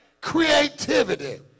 creativity